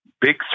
big